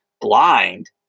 blind